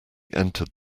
entered